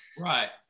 Right